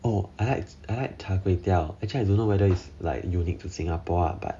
oh I like I like char kway teow actually I don't know whether it's like unique to singapore ah but